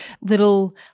little